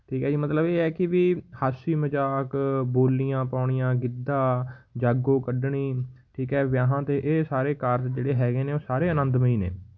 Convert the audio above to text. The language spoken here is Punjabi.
ਠੀਕ ਆ ਜੀ ਮਤਲਬ ਇਹ ਹੈ ਕਿ ਵੀ ਹਾਸਾ ਮਜ਼ਾਕ ਬੋਲੀਆਂ ਪਾਉਣੀਆਂ ਗਿੱਧਾ ਜਾਗੋ ਕੱਢਣੀ ਠੀਕ ਹੈ ਵਿਆਹਾਂ 'ਤੇ ਇਹ ਸਾਰੇ ਕਾਰਜ ਜਿਹੜੇ ਹੈਗੇ ਨੇ ਉਹ ਸਾਰੇ ਆਨੰਦਮਈ ਨੇ